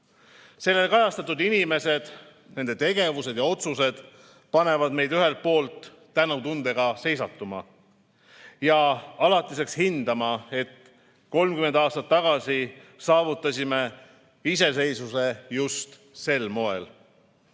Sellel kajastatud inimesed, nende tegevused ja otsused panevad meid ühelt poolt tänutundega seisatuma ja alatiseks hindama seda, et 30 aastat tagasi saavutasime iseseisvuse just sel moel.